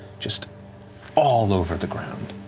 just all over the ground.